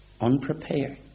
Unprepared